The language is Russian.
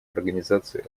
организации